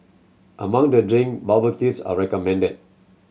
among the drink bubble teas are recommended